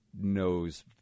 knows